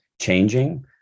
changing